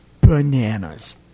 bananas